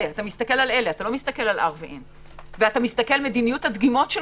כל הזמן מסתכלים על מדיניות הדיגום,